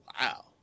wow